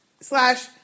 slash